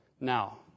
Now